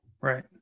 right